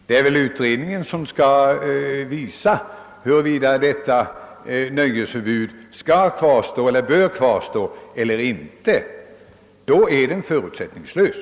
Det är väl utredningen som skall visa huruvida nöjesförbudet bör kvarstå eller inte — då är utredningen förutsättningslös.